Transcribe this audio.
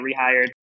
rehired